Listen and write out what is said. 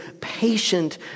patient